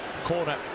corner